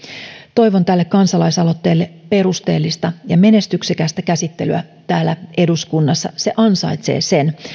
toivon tälle kansalaisaloitteelle perusteellista ja menestyksekästä käsittelyä täällä eduskunnassa se ansaitsee sen